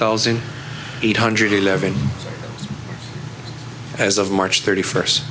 thousand eight hundred eleven as of march thirty first